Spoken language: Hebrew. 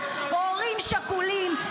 הורים שכולים,